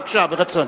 בבקשה, ברצון.